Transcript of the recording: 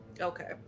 Okay